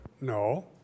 No